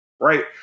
right